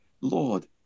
Lord